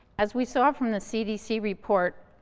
as we saw from the cdc report,